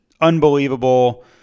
unbelievable